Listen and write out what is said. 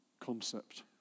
concept